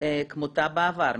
כמותו בעבר.